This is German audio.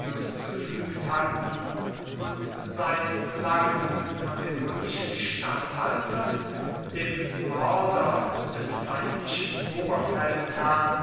gefügt hatten und seit langem von den römischen statthaltern dem mörder des feindlichen